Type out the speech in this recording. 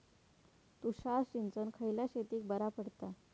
तुषार सिंचन खयल्या शेतीक बरा पडता?